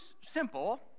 simple